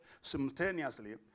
simultaneously